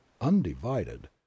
undivided